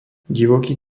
divoký